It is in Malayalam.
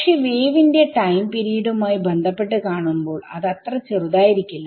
പക്ഷെ വേവിന്റെ ടൈം പീരീഡുമായി ബന്ധപ്പെട്ട് കാണുമ്പോൾ അത് അത്ര ചെറുതായിരിക്കില്ല